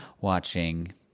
watching